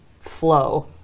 flow